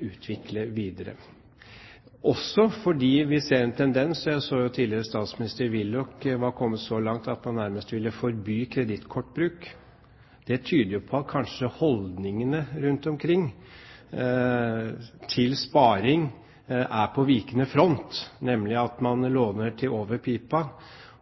utvikle videre, også fordi vi ser en tendens. Jeg så at tidligere statsminister Willoch var kommet så langt at han nærmest ville forby kredittkortbruk. Det tyder jo på at holdningene rundt omkring til sparing er på vikende front, at man låner til over pipa